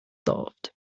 solved